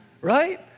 Right